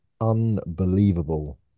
unbelievable